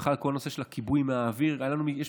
בכלל, בכל הנושא של כיבוי מהאוויר יש מגבלות.